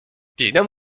دیدم